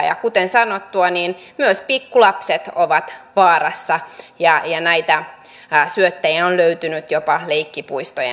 ja kuten sanottua niin myös pikkulapset ovat vaarassa ja näitä syöttejä on löytynyt jopa leikkipuistojen läheisyydestä